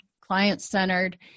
client-centered